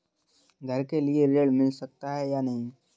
घर के लिए ऋण मिल सकता है या नहीं?